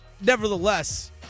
nevertheless